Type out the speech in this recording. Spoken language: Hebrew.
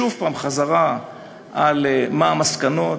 שוב חזרה על מה המסקנות,